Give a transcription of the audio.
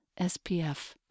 SPF